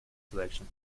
selection